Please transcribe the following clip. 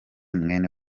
mwene